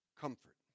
comfort